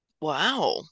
Wow